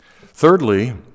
Thirdly